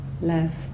left